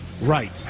Right